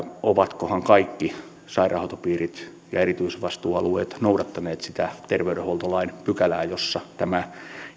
ovatkohan kaikki sairaanhoitopiirit ja erityisvastuualueet noudattaneet sitä terveydenhuoltolain pykälää jossa tämä